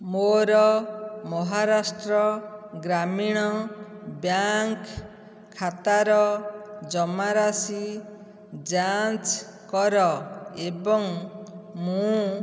ମୋର ମହାରାଷ୍ଟ୍ର ଗ୍ରାମୀଣ ବ୍ୟାଙ୍କ ଖାତାର ଜମାରାଶି ଯାଞ୍ଚ କର ଏବଂ ମୁଁ